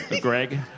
Greg